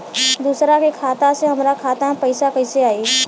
दूसरा के खाता से हमरा खाता में पैसा कैसे आई?